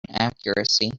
accuracy